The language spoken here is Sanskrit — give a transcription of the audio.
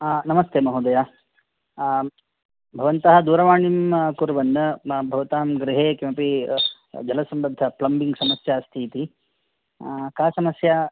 नमस्ते महोदय भवन्तः दूरवाणीं कुर्वन् माम् भवतां गृहे किमपि जलसम्बन्ध प्लम्बिङ्ग् समस्या अस्ति इति का समस्या